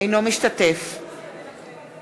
אינו משתתף בהצבעה